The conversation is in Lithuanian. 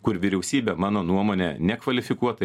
kur vyriausybė mano nuomone nekvalifikuotai